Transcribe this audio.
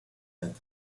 that